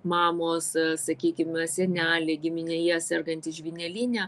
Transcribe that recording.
mamos sakykime seneliai giminėje sergantys žvyneline